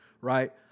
right